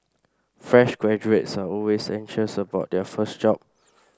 fresh graduates are always anxious about their first job